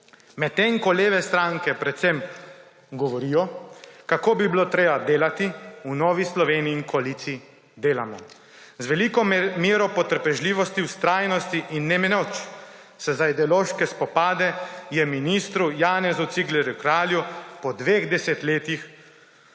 Medtem ko leve stranke predvsem govorijo, kako bi bilo treba delati, v Novi Sloveniji in koaliciji delamo. Z veliko mero potrpežljivosti, vztrajnosti in ne meneč se za ideološke spopade je ministru Janezu Ciglerju Kralju po dveh desetletjih